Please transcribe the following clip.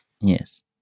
yes